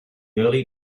early